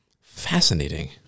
Fascinating